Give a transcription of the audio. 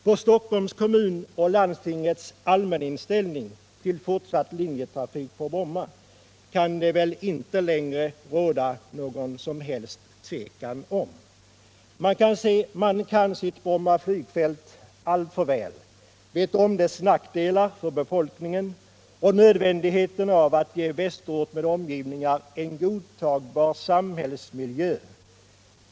Och om Stockholms kommuns och landstingets allmänna inställning till fortsatt linjetrafik på Bromma kan det väl inte längre råda någon som helst tvekan. Man kan sitt Bromma flygfält alltför väl, vet om dess nackdelar för befolkningen och nyttan av att ge Västerort med omgivningar en godtagbar miljö.